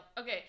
Okay